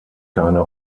keine